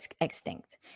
extinct